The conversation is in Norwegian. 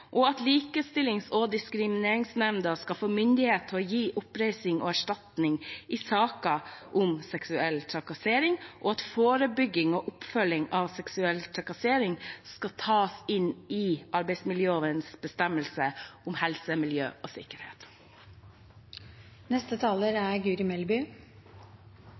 at Likestillings- og diskrimineringsnemnda skal få myndighet til å gi oppreisning og erstatning i saker om seksuell trakassering, og at forebygging og oppfølging av seksuell trakassering skal tas inn i arbeidsmiljølovens bestemmelse om helse, miljø og sikkerhet. Å være student er